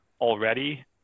already